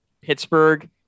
Pittsburgh